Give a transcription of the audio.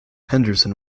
henderson